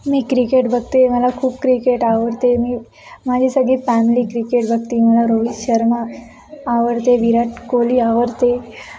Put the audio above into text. मी cricket बघते मला खूप क्रिकेट आवडते मी माझे सगळी फॅमिली क्रिकेट बघते मला रोहित शर्मा आवडते विराट कोहली आवडते